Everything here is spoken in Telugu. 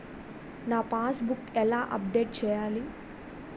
నా పాస్ బుక్ ఎలా అప్డేట్ చేయాలి?